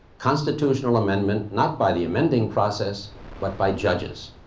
constitutional amendment not by the amending process but by judges.